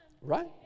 Right